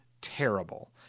terrible